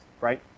right